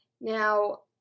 Now